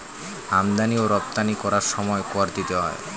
আমদানি ও রপ্তানি করার সময় কর দিতে হয়